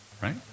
Right